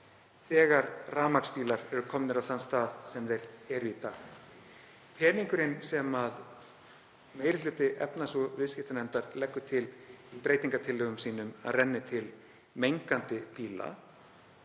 þegar rafmagnsbílar eru komnir á þann stað sem þeir eru í dag. Peningurinn sem meiri hluti efnahags- og viðskiptanefndar leggur til í breytingartillögum sínum að renni til mengandi bíla